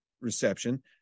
reception